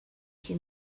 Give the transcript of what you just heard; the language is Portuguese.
que